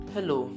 Hello